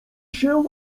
się